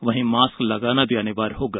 वहीं मास्क लगाना अनिवार्य होगा